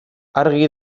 argi